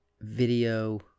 video